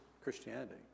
Christianity